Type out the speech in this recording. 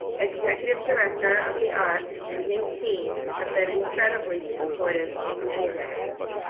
executive director of the arc, and his team have been incredibly supportive in many ways.